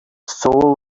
soul